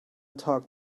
talk